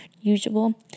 usual